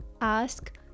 Ask